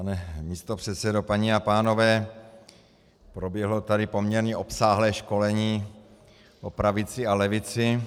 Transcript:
Pane místopředsedo, paní a pánové, proběhlo tady poměrně obsáhlé školení o pravici a levici.